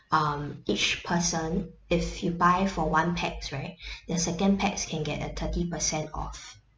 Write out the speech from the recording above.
um each person if you buy for one pax right the second pax can get a thirty percent off